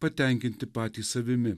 patenkinti patys savimi